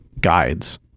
guides